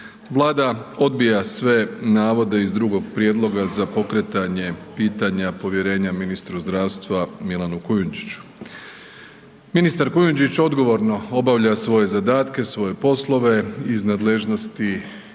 Vlada odbija sve navode iz drugog prijedloga za pokretanje pitanja povjerenja ministru zdravstva Milanu Kujundžiću. Ministar Kujundžić odgovorno obavlja svoje zadatke, svoje poslove iz nadležnosti